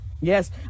Yes